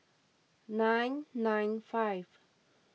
nine nine five